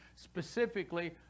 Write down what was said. Specifically